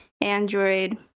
Android